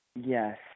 Yes